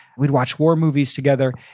we'd watch war movies together.